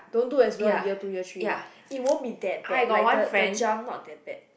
don't do as well in year two year three it won't be that bad like the the jump up that bad